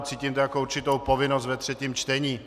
Cítím to jako určitou povinnost ve třetím čtení.